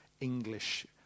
English